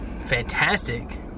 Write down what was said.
fantastic